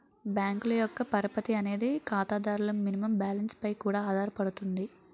బ్యాంకుల యొక్క పరపతి అనేది ఖాతాదారుల మినిమం బ్యాలెన్స్ పై కూడా ఆధారపడుతుంది